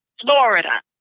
Florida